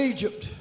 Egypt